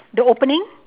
the opening